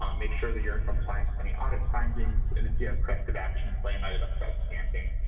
um make sure that you're in compliance to any audit findings and if you have corrective action plan items outstanding,